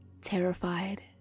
terrified